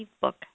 book